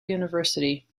university